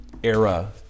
era